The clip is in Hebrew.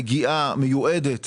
שמגיעה, מיועדת